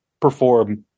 perform